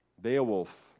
Beowulf